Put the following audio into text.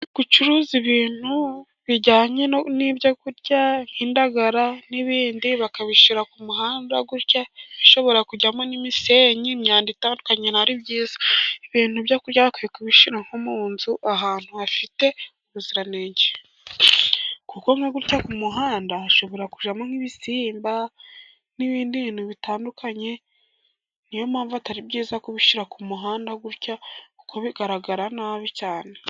Gucuruza ibintu bijyanye n'ibyo kurya nk'indagara n'ibindi, bakabishyira ku muhanda gutya bishobora kujyamo n'imisenyi imyanda itandukanye, ntabwo ari byiza ibintu byo kurya bakwiye kubishyira nko mu nzu ahantu hafite ubuziranenge, kuko nka gutya ku muhanda hashobora kujyamo nk'ibisimba n'ibindi bintu bitandukanye, ni yo mpamvu atari byiza kubishyira ku muhanda gutya kuko bigaragara nabi cyane.